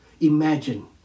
Imagine